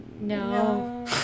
No